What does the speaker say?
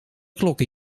klokken